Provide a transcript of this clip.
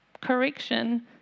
correction